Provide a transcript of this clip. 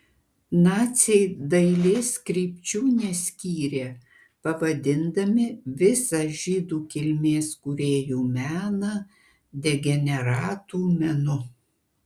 naciai dailės krypčių neskyrė pavadindami visą žydų kilmės kūrėjų meną degeneratų menu